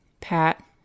Pat